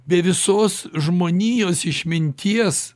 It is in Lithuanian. be visos žmonijos išminties